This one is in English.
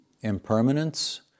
impermanence